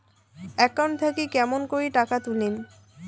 Account থাকি কেমন করি টাকা তুলিম?